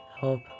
help